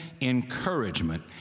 encouragement